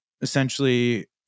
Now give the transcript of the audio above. essentially